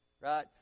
right